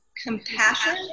Compassion